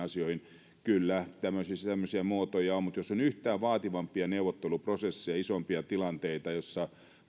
asioista kyllä tämmöisiä muotoja on mutta jos on yhtään vaativampia neuvotteluprosesseja ja isompia tilanteita joissa